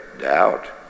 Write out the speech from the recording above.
Doubt